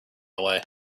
away